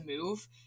move